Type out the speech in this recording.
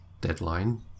deadline